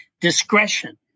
discretion